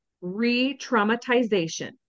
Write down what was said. re-traumatization